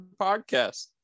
podcast